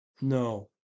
No